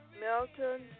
Melton